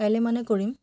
কাইলৈ মানে কৰিম